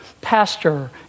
pastor